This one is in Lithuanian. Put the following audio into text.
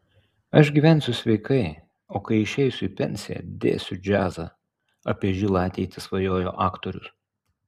aš gyvensiu sveikai o kai išeisiu į pensiją dėsiu džiazą apie žilą ateitį svajojo aktorius